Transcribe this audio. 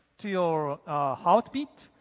to your heartbeat,